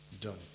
done